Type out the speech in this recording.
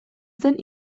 zen